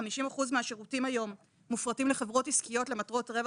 50% מהשירותים היום מופרטים לחברות עסקיות למטרות רווח